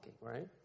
right